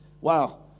wow